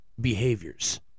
behaviors